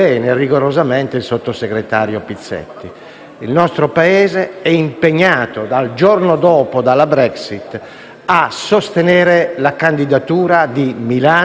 Il nostro Paese è impegnato, dal giorno dopo la Brexit, a sostenere la candidatura di Milano come sede dell'EMA.